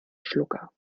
schlucker